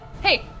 Hey